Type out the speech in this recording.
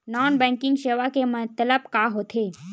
Non banking सेवा के मतलब का होथे?